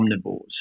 omnivores